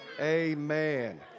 Amen